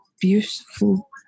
beautiful